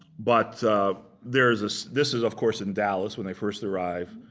but there's, this this is, of course, in dallas when they first arrived.